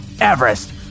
Everest